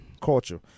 culture